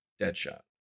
Deadshot